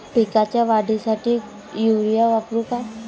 पिकाच्या वाढीसाठी युरिया वापरू का?